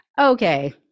Okay